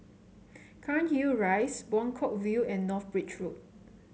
Cairnhill Rise Buangkok View and North Bridge Road